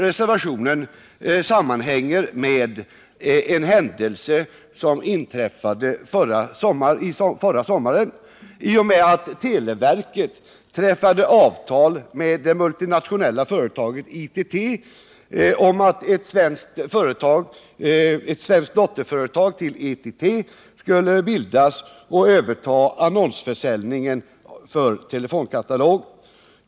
Reservationen sammanhänger med en händelse som inträffade förra sommaren i och med att televerket träffade avtal med det multinationella företaget ITT om att ett svenskt dotterföretag till ITT skulle bildas och överta annonsförsäljningen för telefonkatalogen.